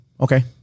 Okay